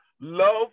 love